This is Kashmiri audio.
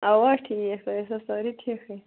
اَوا ٹھیٖک تُہۍ ٲسِوا سٲرِی ٹھیٖکھٕے